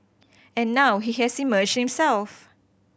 and now he has emerged himself